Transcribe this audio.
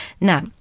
Now